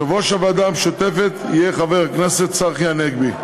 יושב-ראש הוועדה המשותפת יהיה חבר הכנסת צחי הנגבי.